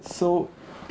so